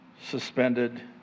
suspended